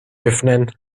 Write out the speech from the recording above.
öffnen